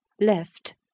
Left